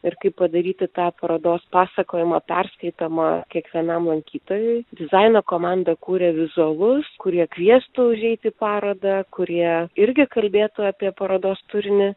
ir kaip padaryti tą parodos pasakojimą perskaitomą kiekvienam lankytojui dizaino komanda kuria vizualus kurie kviestų užeit į parodą kurie irgi kalbėtų apie parodos turinį